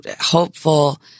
hopeful